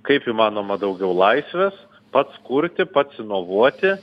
kaip įmanoma daugiau laisvės pats kurti pats inovuoti